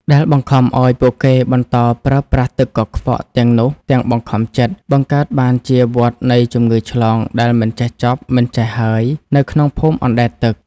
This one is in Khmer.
ដែលបង្ខំឱ្យពួកគេបន្តប្រើប្រាស់ទឹកកខ្វក់ទាំងនោះទាំងបង្ខំចិត្ត បង្កើតបានជាវដ្តនៃជំងឺឆ្លងដែលមិនចេះចប់មិនចេះហើយនៅក្នុងភូមិអណ្តែតទឹក។